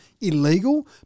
illegal